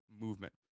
movement